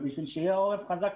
כדי שיהיה עורף חזק,